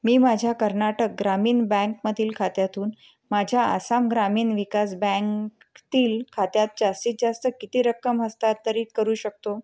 मी माझ्या कर्नाटक ग्रामीण बँकमधील खात्यातून माझ्या आसाम ग्रामीण विकास बँक तील खात्यात जास्तीत जास्त किती रक्कम हस्तांतरित करू शकतो